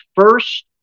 first